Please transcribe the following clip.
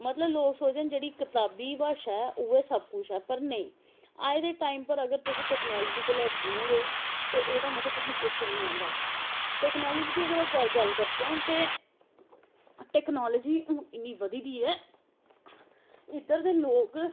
लोग सोचदे न कि जेह्ड़ी कताबी भाशा ऐ सब कुश ऐ पर नेंई अज्ज दे टैम पर अगर तुस टैकनॉलजी कोला दा दूर हो ते एह्दा मतलव तुसेंगूी कुश बी नी आंदा टैकनॉलजी दी अगर अस गल्ल करचै ते टैकनॉलजी हून इन्नी बधी दी ऐ इद्धर दे लोग